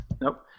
Nope